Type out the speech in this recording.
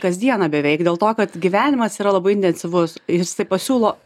kasdieną beveik dėl to kad gyvenimas yra labai intensyvus ir jisai siūlo